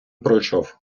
пройшов